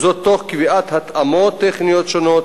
וזאת תוך קביעת התאמות טכניות שונות